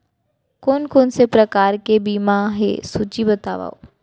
कोन कोन से प्रकार के बीमा हे सूची बतावव?